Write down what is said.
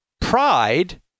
pride